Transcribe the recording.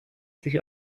sich